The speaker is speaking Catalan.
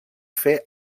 fer